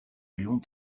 léon